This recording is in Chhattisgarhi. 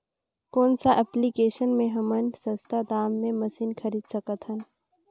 कौन सा एप्लिकेशन मे हमन सस्ता दाम मे मशीन खरीद सकत हन?